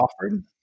offered